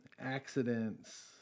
accidents